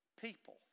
people